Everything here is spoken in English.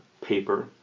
paper